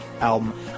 album